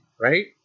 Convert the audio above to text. right